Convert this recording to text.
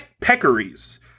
peccaries